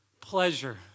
pleasure